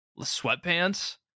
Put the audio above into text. sweatpants